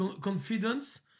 Confidence